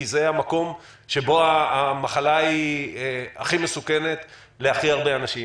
כי זה המקום שבו המחלה היא הכי מסוכנת להכי הרבה אנשים.